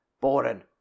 Boring